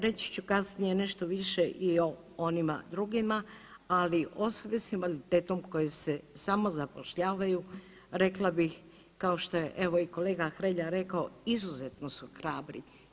Reći ću kasnije nešto više i o onima drugima, ali osobe sa invaliditetom koje se samo zapošljavaju rekla bih kao što je evo i kolega Hrelja rekao izuzetno su hrabri.